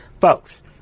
folks